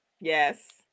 yes